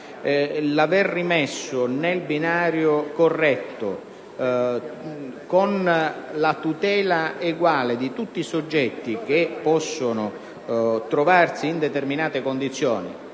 L'aver ripreso un binario corretto, con la tutela eguale di tutti i soggetti che possano trovarsi in determinate condizioni